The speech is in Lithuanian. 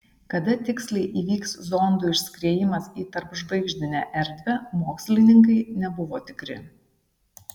kada tiksliai įvyks zondų išskriejimas į tarpžvaigždinę erdvę mokslininkai nebuvo tikri